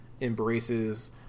embraces